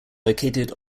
located